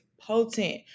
potent